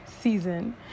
season